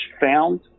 found